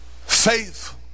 faith